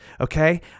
okay